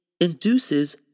induces